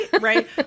right